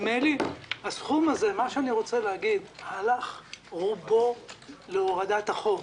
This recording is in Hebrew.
הסכום הזה הלך רובו להורדת החוב,